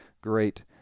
great